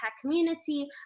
community